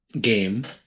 game